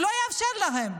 והוא לא יאפשר להם.